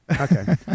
Okay